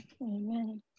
Amen